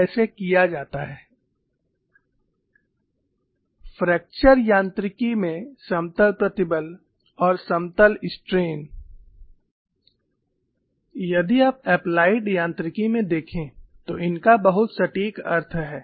Plane stress and plane strain in fracture mechanics fracture यांत्रिकी में समतल प्रतिबल और समतल स्ट्रेन यदि आप एप्लाइड यांत्रिकी में देखें तो इनका बहुत सटीक अर्थ है